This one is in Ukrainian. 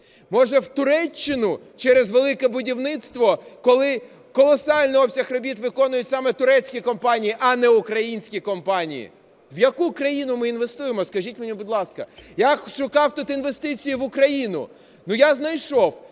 Може, в Туреччину через "Велике будівництво", коли колосальний обсяг робіт виконують саме турецькі компанії, а не українські компанії? В яку країну ми інвестуємо, скажіть мені, будь ласка? Я тут шукав інвестиції в Україну. Я знайшов: